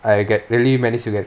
I get really manage to get